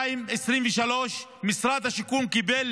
2023-2022, משרד השיכון קיבל